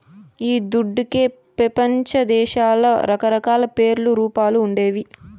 ఈ దుడ్డుకే పెపంచదేశాల్ల రకరకాల పేర్లు, రూపాలు ఉండేది